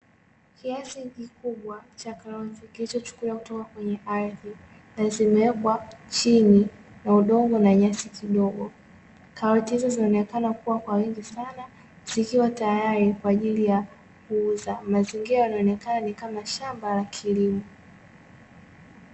Kiasi kikubwa cha karoti kilichochukuliwa kutoka kwenye ardhi na zimewekwa chini ya udongo na nyasi kidogo, Karoti hizo zinaonekana kukua kwa wingi sana zikiwa tayari kwa ajili ya kuuza Mazingira yanaonekana kama shamba la kilimo.